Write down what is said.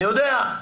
אני יודע,